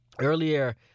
earlier